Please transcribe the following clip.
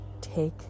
Take